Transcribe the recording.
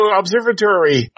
observatory